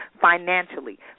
financially